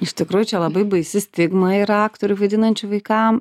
iš tikrųjų čia labai baisi stigma yra aktorių vaidinančių vaikam